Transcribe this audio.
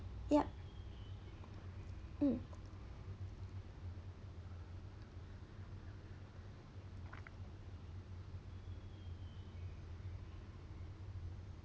yup mm